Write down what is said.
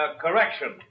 correction